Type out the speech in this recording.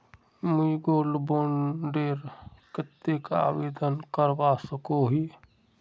मुई gold bond डेर केते आवेदन करवा सकोहो ही?